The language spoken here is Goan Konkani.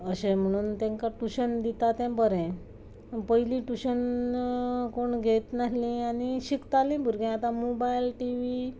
अशें म्हणून तेंकां ट्युशन दिता तें बरें पयलीं ट्युशन कोण घेयत नासलीं आनी शिकतालीं भुरग्यां आतां मोबायल टी वी